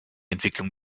entwicklung